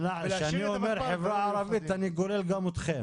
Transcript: כשאני אומר "החברה הערבית" אני כולל גם אתכם.